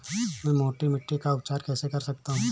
मैं मोटी मिट्टी का उपचार कैसे कर सकता हूँ?